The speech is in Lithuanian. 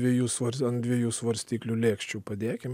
dviejų svar ant dviejų svarstyklių lėkščių padėkim